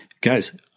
guys